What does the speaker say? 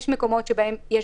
יש מקומות שבהם יש